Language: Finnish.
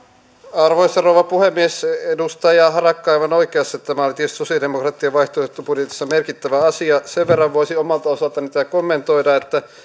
arvoisa rouva puhemies edustaja harakka on aivan oikeassa tämä oli tietysti sosialidemokraattien vaihtoehtobudjetissa merkittävä asia sen verran voisin omalta osaltani tätä kommentoida että